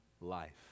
life